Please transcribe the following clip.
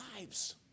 lives